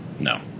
No